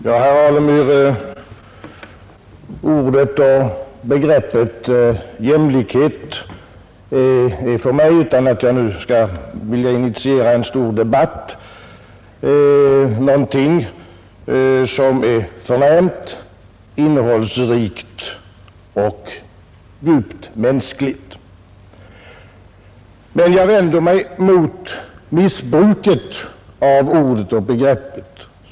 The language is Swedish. Herr talman! Ordet och begreppet jämlikhet är för mig, herr Alemyr — utan att jag nu vill initiera en stor debatt — någonting som är förnämt, innehållsrikt och djupt mänskligt. Men jag vänder mig mot missbruket av ordet och begreppet.